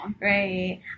Right